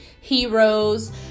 heroes